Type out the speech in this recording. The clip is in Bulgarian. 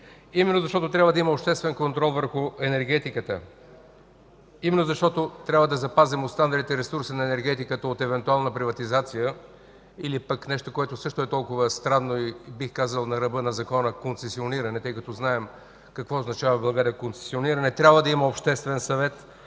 Именно, защото трябва да има обществен контрол върху енергетиката, именно, защото трябва да запазим останалите ресурси на енергетиката от евентуална приватизация или пък нещо, което също е толкова странно и бих казал на ръба на закона – концесиониране, тъй като знаем какво означава в България концесиониране, трябва да има Обществен съвет,